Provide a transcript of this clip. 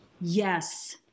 Yes